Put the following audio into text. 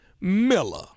Miller